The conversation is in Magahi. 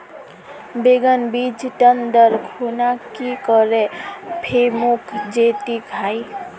बैगन बीज टन दर खुना की करे फेकुम जे टिक हाई?